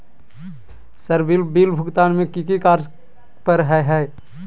Sir bill भुगतान में की की कार्य पर हहै?